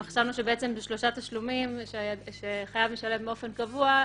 גם חשבנו שבשלושה תשלומים שחייב משלם באופן קבוע,